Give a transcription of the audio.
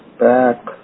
back